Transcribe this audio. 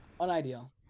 Unideal